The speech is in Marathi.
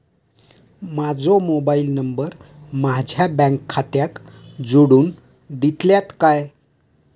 माजो मोबाईल नंबर माझ्या बँक खात्याक जोडून दितल्यात काय?